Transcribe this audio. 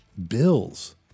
bills